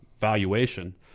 valuation